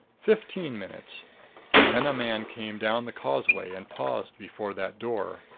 fifteen minutes then a man came down the causeway and paused before that door.